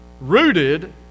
rooted